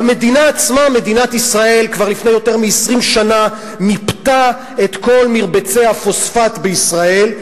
מדינת ישראל כבר לפני יותר מ-20 שנה מיפתה את כל מרבצי הפוספט בישראל,